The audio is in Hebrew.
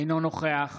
אינו נוכח